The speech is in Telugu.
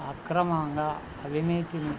ఆక్రమంగా అవినీతిని